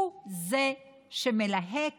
הוא זה שמלהק